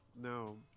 No